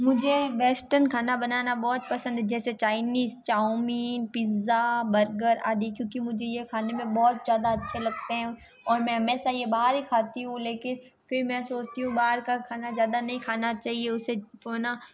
मुझे वेस्टर्न खाना बनाना बहुत पसंद है जैसे चाइनीज चाउमीन पिज़्ज़ा बर्गर आदि क्योंकि मुझे ये खाने में बहुत ज़्यादा अच्छा लगते हैं और मैं हमेशा ही ये बाहर ही खाती हूँ लेकिन फिर मैं सोचती हूँ बाहर का खाना ज़्यादा नहीं खाना चाहिए उससे है न